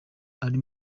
ari